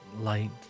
light